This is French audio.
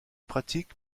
pratique